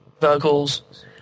vocals